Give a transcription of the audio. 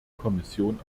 kommission